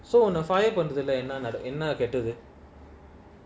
so on a fire பண்றதுலஎன்னநடக்கும்என்னகேட்டது:panrathula enna nadakum enna ketathu